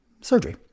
surgery